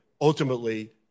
ultimately